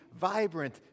vibrant